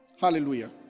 Hallelujah